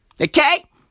Okay